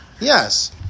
Yes